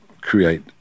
create